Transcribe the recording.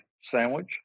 sandwich